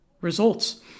results